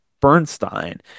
Bernstein